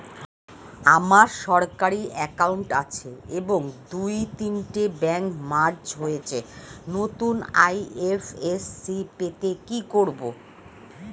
আমার সরকারি একাউন্ট আছে এবং দু তিনটে ব্যাংক মার্জ হয়েছে, নতুন আই.এফ.এস.সি পেতে কি করব?